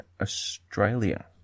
Australia